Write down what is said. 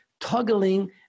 toggling